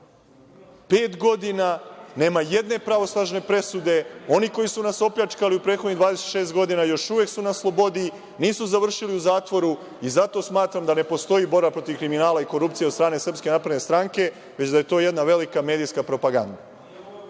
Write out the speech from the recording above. godina nema jedne pravosnažne presude. Oni koji su nas opljačkali u prethodnih 26 godina još uvek su na slobodi, nisu završili u zatvoru i zato smatram da ne postoji borba protiv kriminala i korupcije od strane SNS, već da je to jedna velika medijska propaganda.